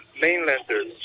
mainlanders